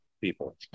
people